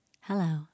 Hello